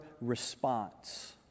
response